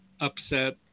Upset